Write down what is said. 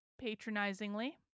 patronizingly